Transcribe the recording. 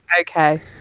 Okay